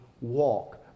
walk